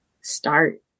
start